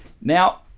Now